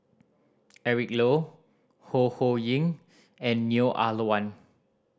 Eric Low Ho Ho Ying and Neo Ah Luan